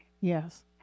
Yes